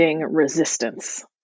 resistance